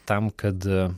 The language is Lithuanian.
tam kad